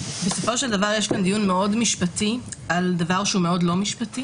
בסופו של דבר יש פה דיון מאוד משפטי על דבר שהוא מאוד לא משפטי